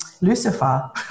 Lucifer